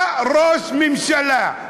בא ראש ממשלה,